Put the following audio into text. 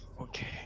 okay